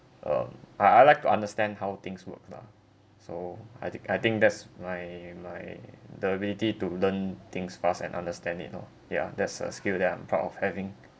um I I like to understand how things work lah so I think I think that's my my the ability to learn things fast and understand it loh yeah that's a skill that I'm proud of having